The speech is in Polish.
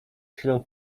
chwilą